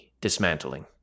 dismantling